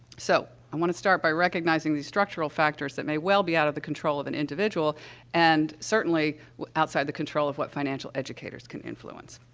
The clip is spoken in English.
so, i want to start by recognizing these structural factors that may well be out of the control of an individual and certainly outside the control of what financial educators can influence.